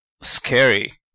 scary